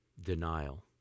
denial